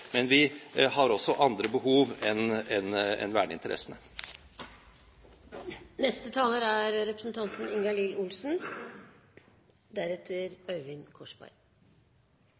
Men vi har også andre behov enn verneinteressene. Finnmark er